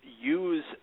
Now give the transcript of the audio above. use